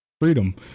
Freedom